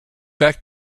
back